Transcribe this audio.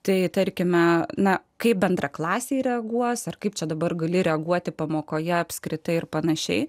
tai tarkime na kaip bendraklasiai reaguos ar kaip čia dabar gali reaguoti pamokoje apskritai ir pan